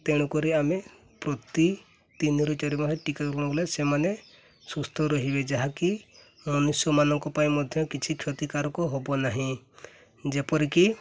ତେଣୁକରି ଆମେ ପ୍ରତି ତିନିରୁ ଚାରି ମାସେ ଟୀକାକରଣ କଲେ ସେମାନେ ସୁସ୍ଥ ରହିବେ ଯାହାକି ମନୁଷ୍ୟମାନଙ୍କ ପାଇଁ ମଧ୍ୟ କିଛି କ୍ଷତିକାରକ ହବ ନାହିଁ ଯେପରିକି